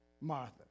Martha